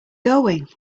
going